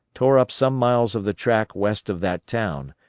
tore up some miles of the track west of that town,